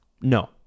No